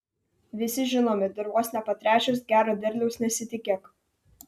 visi žinome dirvos nepatręšęs gero derliaus nesitikėk